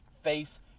Face